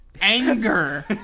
anger